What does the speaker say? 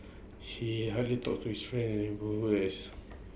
he hardly talks to his friends or neighbours as